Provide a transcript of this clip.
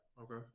Okay